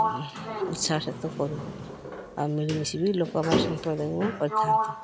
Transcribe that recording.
ଉତ୍ସାହ ସହିତ କରୁ ଆଉ ମିଳିମିଶି ବି ଲୋକମାନେ ସମ୍ପ୍ରଦାୟକୁ କରିଥାନ୍ତି